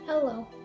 Hello